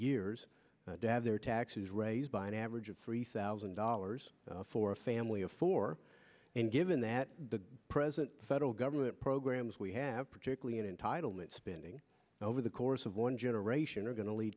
of their taxes raised by an average of three thousand dollars for a family of four and given that the president federal government programs we have particularly in entitlement spending over the course of one generation are going to lead